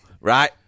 right